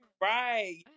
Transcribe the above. Right